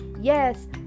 yes